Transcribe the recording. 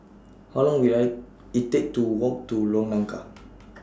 How Long Will I IT Take to Walk to Lorong Car